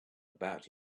about